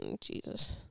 Jesus